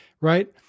Right